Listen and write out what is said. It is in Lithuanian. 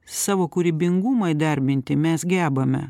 savo kūrybingumą įdarbinti mes gebame